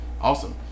Awesome